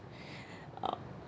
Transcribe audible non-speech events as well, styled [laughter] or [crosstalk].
[breath] uh